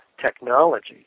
technology